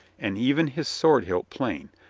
and even his sword hilt plain,